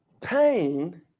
Pain